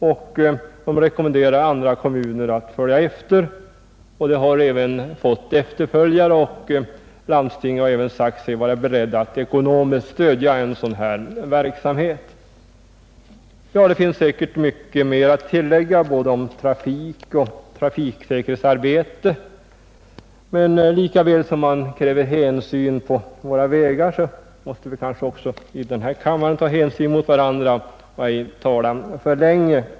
Landstinget rekommenderar andra kommuner att följa efter, och vår kommuns initiativ har redan fått efterföljare. Landstinget har även sagt sig vara berett att ekonomiskt stödja en sådan verksamhet. Det finns säkert mycket mer att tillägga om både trafik och trafiksäkerhetsarbete, men lika väl som man kräver hänsyn på våra vägar måste vi kanske också i denna kammare visa hänsyn mot varandra och ej tala för länge.